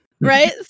Right